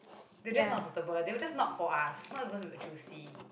they were just not suitable they were just not for us not because we were choosy